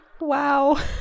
Wow